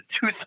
two